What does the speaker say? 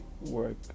work